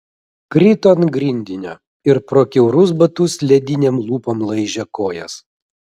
krito ant grindinio ir pro kiaurus batus ledinėm lūpom laižė kojas